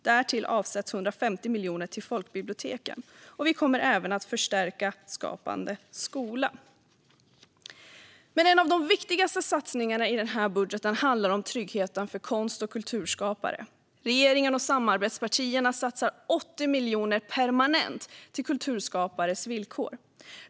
Därtill avsätts 150 miljoner till folkbiblioteken. Vi kommer även att förstärka Skapande skola. Men en av de viktigaste satsningarna i denna budget handlar om tryggheten för konst och kulturskapare. Regeringen och samarbetspartierna satsar 80 miljoner permanent till kulturskapares villkor.